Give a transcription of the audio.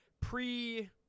pre-